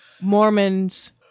Mormons